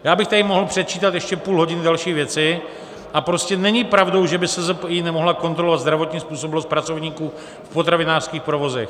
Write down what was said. Já bych tady mohl předčítat ještě půl hodiny další věci, a prostě není pravdou, že by SZPI nemohla kontrolovat zdravotní způsobilost pracovníků v potravinářských provozech.